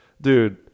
dude